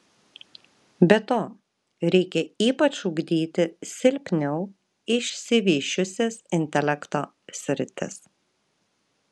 be to reikia ypač ugdyti silpniau išsivysčiusias intelekto sritis